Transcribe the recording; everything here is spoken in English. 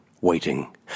Waiting